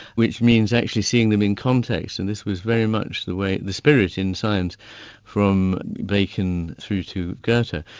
which means actually seeing them in context, and this was very much the way, the spirit in science from bacon through to goethe, but